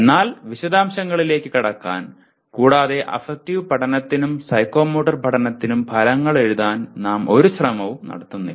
എന്നാൽ വിശദാംശങ്ങളിലേക്ക് കടക്കാൻ കൂടാതെ അഫക്റ്റീവ് പഠനത്തിനും സൈക്കോമോട്ടോർ പഠനത്തിനും ഫലങ്ങൾ എഴുതാൻ നാം ഒരു ശ്രമവും നടത്തുന്നില്ല